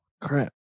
Crap